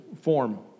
form